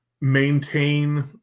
maintain